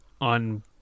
on